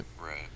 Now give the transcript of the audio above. Right